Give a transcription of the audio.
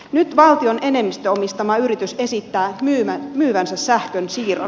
nyt valtion enemmistöomistama yritys esittää myyvänsä sähkön siirron